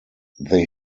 they